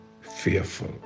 fearful